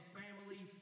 family